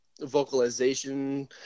vocalization